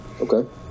Okay